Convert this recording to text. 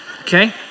Okay